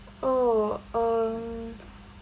oh um